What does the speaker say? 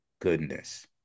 goodness